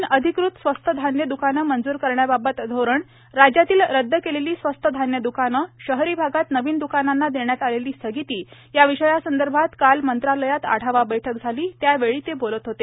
नविन अधिकृत स्वस्त धान्य द्वकानं मंजूर करण्याबाबत धोरण राज्यातील रदद केलेली स्वस्त धान्य द्रकानं शहरी भागात नवीन द्रकानांना देण्यात आलेली स्थगिती या विषयांसंदर्भात काल मंत्रालयात आढावा बैठक झाली त्यावेळी ते बोलत होते